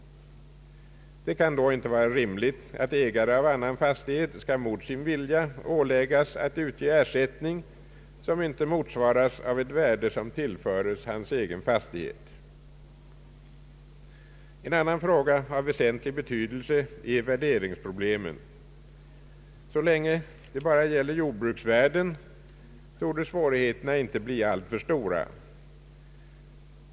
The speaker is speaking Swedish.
Det kan då inte vara rimligt att ägare av annan fastighet skall mot sin vilja åläggas att utge ersättning vilken inte motsvaras av ett värde som tillföres hans egen fastighet. En annan fråga av väsentlig betydelse gäller värderingsproblemen. Så länge det bara är fråga om jordbruksvärden torde svårigheterna inte bli alltför stora.